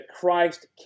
Christ